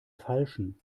falschen